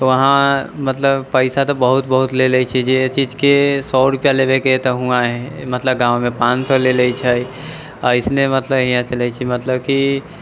वहाँ मतलब पैसा तऽ बहुत बहुत ले लै छियै जे चीजके सए रुपैआ लेवेके हय तऽ हुवां मतलब गाँवमे पान सए ले लै छै अइसने मतलब हियाँ चलै छै मतलब कि